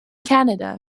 canada